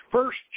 First